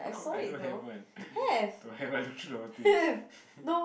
I don't have one don't have I looked through the whole thing